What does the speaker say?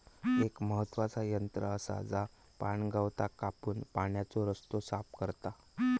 एक महत्त्वाचा यंत्र आसा जा पाणगवताक कापून पाण्याचो रस्तो साफ करता